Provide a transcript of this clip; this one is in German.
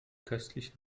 köstlich